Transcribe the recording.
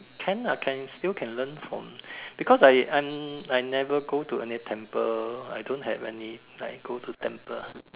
can ah still can learn from because I I never go to any temple I don't have any like go to temple